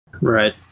Right